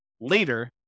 later